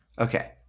Okay